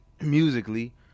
musically